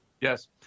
Yes